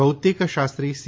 ભૌતિકશાસ્ત્રી C